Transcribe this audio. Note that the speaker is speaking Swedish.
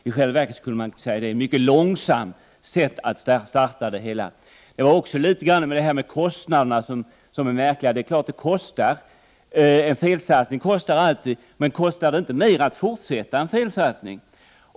I själva verket skulle man kunna säga att det är ett mycket långsamt sätt att starta avvecklingen. Vad som sades om kostnaderna var också litet märkligt. Det är klart att en felsatsning alltid kostar. Men kostar det inte mer att fortsätta med en felsatsning?